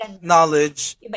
knowledge